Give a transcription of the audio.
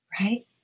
right